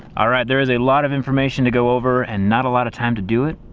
alright, there is a lot of information to go over and not a lot of time to do it,